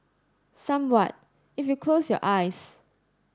somewhat if you close your eyes